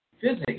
physics